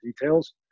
details